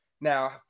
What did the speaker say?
Now